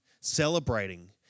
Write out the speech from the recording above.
celebrating